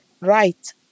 right